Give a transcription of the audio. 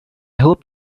hope